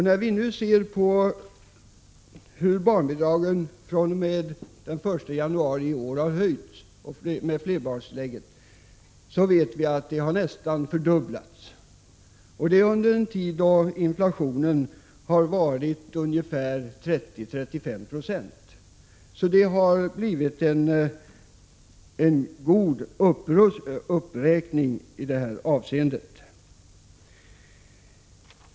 När vi nu ser på hur barnbidragen har höjts fr.o.m. den 1 januari i år och på flerbarnstillägget, vet vi att bidragen nästan har fördubblats — och detta under en tid när inflationen sammanlagt har uppgått till 30-35 96. Det har således blivit en god uppräkning i detta avseende.